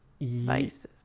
vices